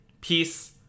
Peace